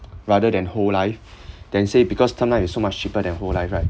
rather than whole life than say because term life is so much cheaper than whole life right